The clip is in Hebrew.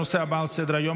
הנושא הבא על סדר-היום,